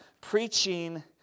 preaching